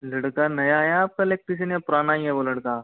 लड़का नया आया आपका इलेक्ट्रिशियन या पुराना ही है वह लड़का